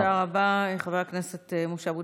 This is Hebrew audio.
תודה רבה, חבר הכנסת משה אבוטבול.